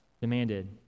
demanded